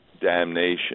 damnation